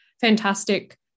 fantastic